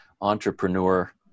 entrepreneur